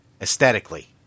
Aesthetically